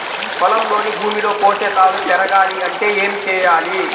పొలంలోని భూమిలో పోషకాలు పెరగాలి అంటే ఏం చేయాలి?